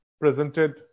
presented